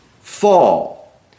fall